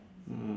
oh